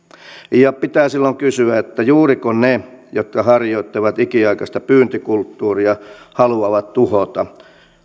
ja pitää silloin kysyä että juuriko ne jotka harjoittavat ikiaikaista pyyntikulttuuria haluavat tuhota